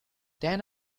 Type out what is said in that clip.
then